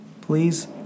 please